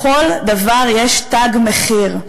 לכל דבר יש תג מחיר.